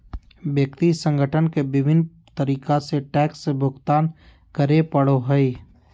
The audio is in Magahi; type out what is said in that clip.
व्यक्ति संगठन के विभिन्न तरीका से टैक्स के भुगतान करे पड़ो हइ